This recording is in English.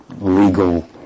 legal